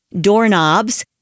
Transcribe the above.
doorknobs